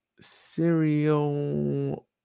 Serial